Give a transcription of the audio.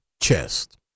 chest